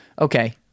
okay